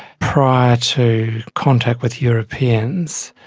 prior to contact with europeans,